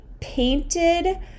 painted